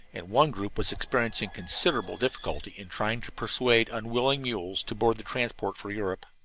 and one group was experiencing considerable difficulty in trying to persuade unwilling mules to board the transport for europe.